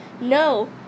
No